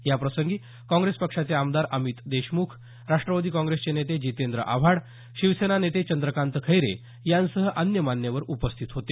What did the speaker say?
याप्रसंगी काँग्रेस पक्षाचे आमदार अमित देशमुख राष्ट्रवादी काँग्रेसचे नेते जितेंद्र आव्हाड शिवसेना नेते चंद्रकांत खैरे यांसह अन्य मान्यवर उपसस्थित होते